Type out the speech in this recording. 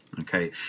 Okay